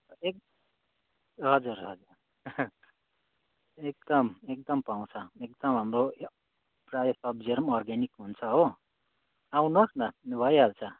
एक हजुर हजुर एकदम एकदम पाउँछ एकदम हाम्रो प्राय सब्जीहरू पनि अर्ग्यानिक हुन्छ हो आउनुहोस् न भइहाल्छ